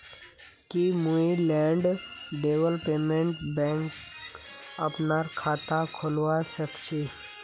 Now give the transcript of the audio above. की मुई land development बैंकत अपनार खाता खोलवा स ख छी?